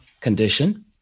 condition